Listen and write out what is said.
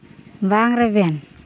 ᱵᱟᱝ ᱨᱮᱵᱮᱱ